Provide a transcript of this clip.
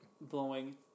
blowing